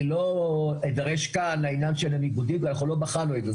לא אידרש כאן לעניין של הניגודים ואנחנו לא בחנו את זה,